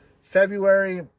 February